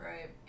right